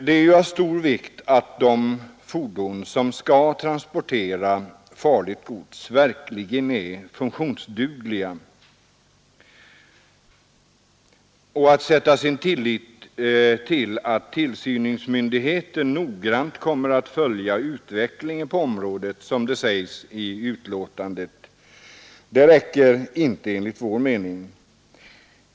Det är av stor vikt att de fordon som skall transportera farligt gods verkligen är funktionsdugliga. Att sätta sin tillit till att tillsynsmyndigheterna noggrant kommer att följa utvecklingen på området, som det sägs i betänkandet, räcker inte.